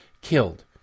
killed